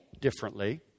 differently